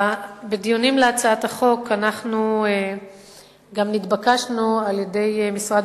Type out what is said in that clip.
בדיונים בהצעת החוק אנחנו גם נתבקשנו על-ידי משרד